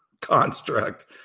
construct